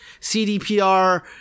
CDPR